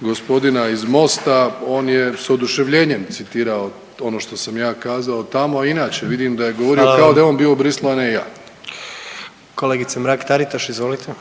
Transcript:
gospodina iz Mosta on je s oduševljenjem citirao ono što sam ja kazao tamo, a inače vidim da je govorio …/Upadica predsjednik: Hvala vam./…